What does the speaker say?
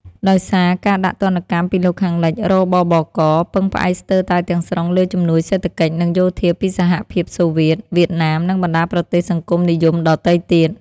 ដោយសារការដាក់ទណ្ឌកម្មពីលោកខាងលិច រ.ប.ប.ក. ពឹងផ្អែកស្ទើរតែទាំងស្រុងលើជំនួយសេដ្ឋកិច្ច និងយោធាពីសហភាពសូវៀត វៀតណាម និងបណ្ដាប្រទេសសង្គមនិយមដទៃទៀត។